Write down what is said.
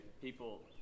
people